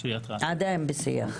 עדיין בשיח.